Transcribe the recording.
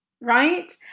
right